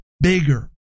bigger